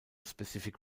specific